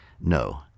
No